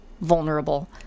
vulnerable